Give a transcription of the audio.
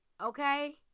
Okay